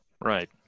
Right